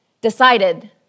decided